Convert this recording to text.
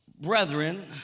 brethren